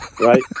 right